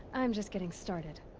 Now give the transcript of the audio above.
i'm just getting started!